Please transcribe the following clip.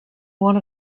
one